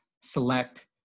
select